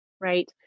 right